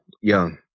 Young